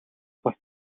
бас